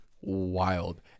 wild